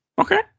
Okay